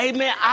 Amen